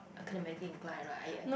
academically incline right I